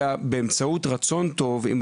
בעזרת רצון טוב של הנוגעים בדבר,